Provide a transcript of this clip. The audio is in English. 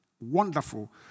wonderful